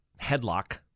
headlock